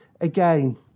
again